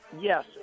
yes